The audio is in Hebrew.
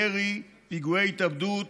ירי, פיגועי התאבדות,